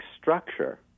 structure